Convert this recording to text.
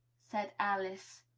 said alice.